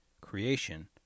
creation